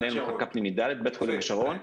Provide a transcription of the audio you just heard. מנהל מחלקה פנימית ד' בבית חולים השרון.